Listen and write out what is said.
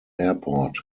airport